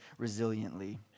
resiliently